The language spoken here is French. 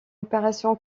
opération